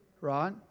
right